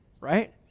right